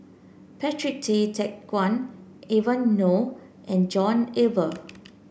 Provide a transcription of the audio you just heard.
Patrick Tay Teck Guan Evon Kow and John Eber